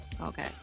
Okay